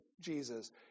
Jesus